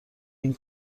این